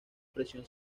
presión